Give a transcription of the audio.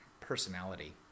personality